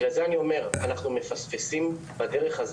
אנחנו מפספסים בדרך,